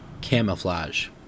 Camouflage